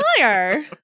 liar